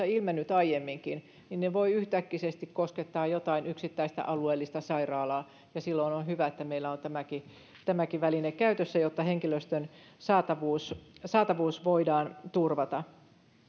ilmennyt aiemminkin ne voivat yhtäkkiä koskettaa jotain yksittäistä alueellista sairaalaa ja silloin on on hyvä että meillä on tämäkin tämäkin väline käytössä jotta henkilöstön saatavuus voidaan turvata